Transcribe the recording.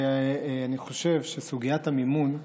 ואני חושב שסוגיית המימון,